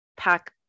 Pack